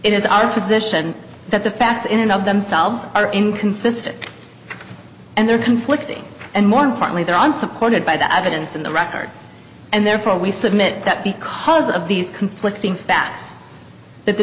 is our position that the facts in and of themselves are inconsistent and their conflicting and more importantly they're on supported by the evidence in the record and therefore we submit that because of these conflicting facts that the